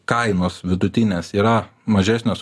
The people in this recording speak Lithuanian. kainos vidutinės yra mažesnės